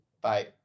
Bye